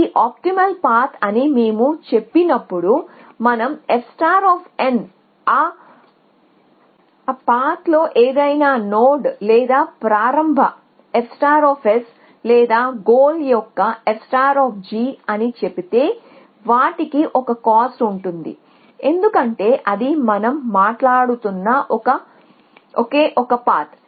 ఇది optimal path అని మేము చెప్పినప్పుడు మనం f ఆ పాత్లో ఏదైనా నోడ్ లేదా ప్రారంభ f లేదా గోల్ యొక్క f అని చెబితే వాటికి ఒకే కాస్ట్ ఉంటుంది ఎందుకంటే ఇది మనం మాట్లాడుతున్న ఒకే ఒక పాత్